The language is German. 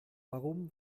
warum